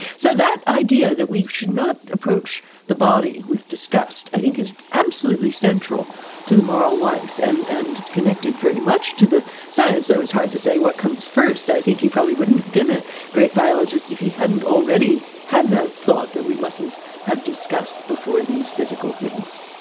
so that idea, that we should not approach the body with disgust, i think is absolutely central to the moral life and and connected very much to the science, though it's hard to say what comes first i think he probably wouldn't have been a great biologist if he hadn't already had that thought that we mustn't have disgust before these physical things.